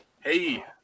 Hey